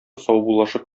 саубуллашып